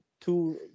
two